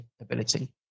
ability